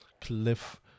Cliff